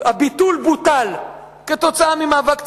הביטול בוטל כתוצאה ממאבק ציבורי,